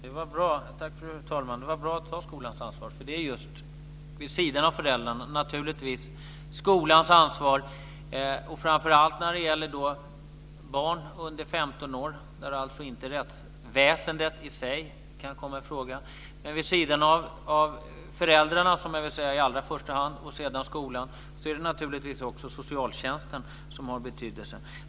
Fru talman! Det var bra att nämna skolans ansvar. Det är, vid sidan av föräldrarna, naturligtvis skolans ansvar framför allt när det gäller barn under 15 år då alltså rättsväsendet i sig inte kan komma i fråga. Vid sidan av föräldrarna, som kommer i allra första hand, och skolan har naturligtvis också socialtjänsten betydelse.